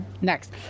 Next